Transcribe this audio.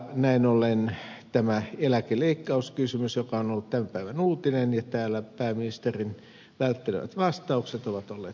näin ollen tämä eläkeleikkauskysymys on ollut tämän päivän uutinen ja täällä pääministerin välttelevät vastaukset ovat tietysti olleet huolestuttavia